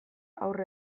aurre